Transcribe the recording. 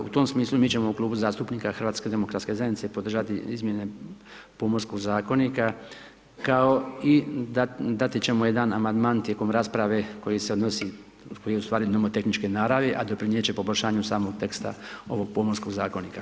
U tom smislu mi ćemo u Klubu zastupnika HDZ-a podržati izmjene pomorskog zakonika, kao i dati ćemo jedan amandman, tijekom rasprave, koji se odnosi, koji je ustvari nomotehničke naravi, a doprinijeti će poboljšanju samog teksta ovog pomorskog zakonika.